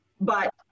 But-